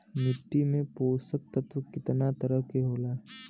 मिट्टी में पोषक तत्व कितना तरह के होला?